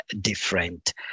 different